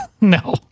No